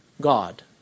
God